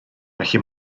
felly